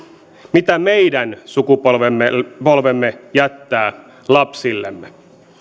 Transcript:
mitä meidän sukupolvemme jättää lapsillemme me